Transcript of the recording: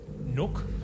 nook